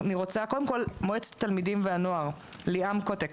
בבקשה, מועצת התלמידים והנוער ליאם קוטק.